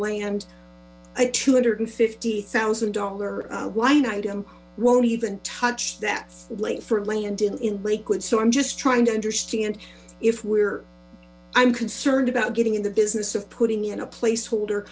land two hundred and fifty thousand dollar line item won't even touch that lake for landfill in lakewood so i'm just trying to understand if we're i'm concerned about getting in the business of putting in a place holder